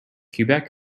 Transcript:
quebec